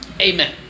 Amen